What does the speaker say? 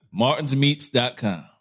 Martin'sMeats.com